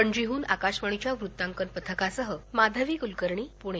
पणजीहन आकाशवाणीच्या वृत्तांकन पथकासह माधवी कुलकर्णी पुणे